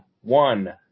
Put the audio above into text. one